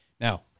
Now